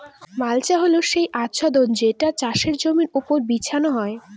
mulch হল সেই আচ্ছাদন যেটা চাষের জমির ওপর বিছানো হয়